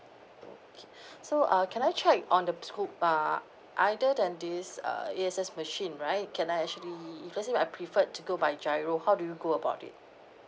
okay so uh can I check on the school ah other than this uh A_X_S machine right can I actually if let's say I preferred to go by GIRO how do you go about it